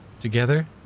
Together